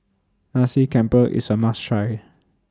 Nasi Campur IS A must Try